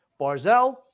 Barzell